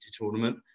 tournament